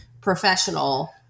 professional